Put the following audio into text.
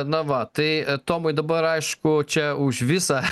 na va tai tomui dabar aišku čia už visą